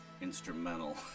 instrumental